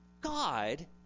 God